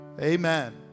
Amen